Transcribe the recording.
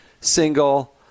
single